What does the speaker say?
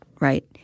right